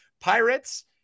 pirates